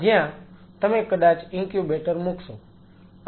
જ્યાં તમે કદાચ ઇન્ક્યુબેટર મૂકશો